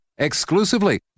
exclusively